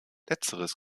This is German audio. letzteres